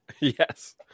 Yes